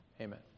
Amen